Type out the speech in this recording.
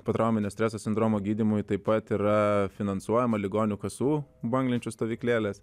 potrauminio streso sindromo gydymui taip pat yra finansuojama ligonių kasų banglenčių stovyklėlės